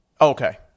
Okay